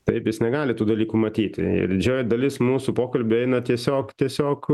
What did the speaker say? taip jis negali tų dalykų matyti didžioji dalis mūsų pokalbio eina tiesiog tiesiog